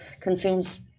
consumes